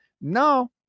no